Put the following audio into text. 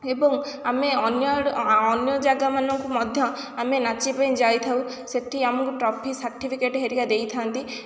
ଏବଂ ଆମେ ଅନ୍ୟ ଯାଗାମାନଙ୍କୁ ମଧ୍ୟ ନାଚିବା ପାଇଁ ଯାଇଥାଉ ଆମକୁ ଟ୍ରୋଫି ସାର୍ଟିଫିକେଟ୍ ହେରିକା ଦେଇଥାନ୍ତି